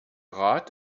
rat